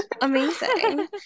Amazing